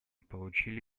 получили